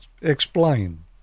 explain